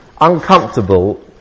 uncomfortable